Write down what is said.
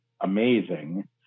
amazing